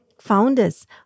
Founders